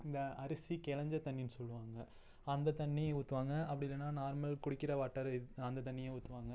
இந்த அரிசி குழஞ்ச தண்ணீன்னு சொல்லுவாங்க அந்த தண்ணி ஊற்றுவாங்க அப்படி இல்லைனா நார்மல் குடிக்கிற வாட்டரு இத் அந்த தண்ணீயை ஊற்றுவாங்க